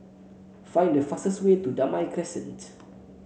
find the fastest way to Damai Crescent